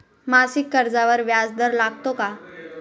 मासिक कर्जावर व्याज दर लागतो का?